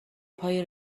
پای